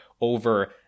over